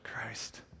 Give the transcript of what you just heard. Christ